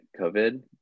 COVID